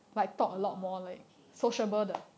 oh okay